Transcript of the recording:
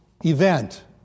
event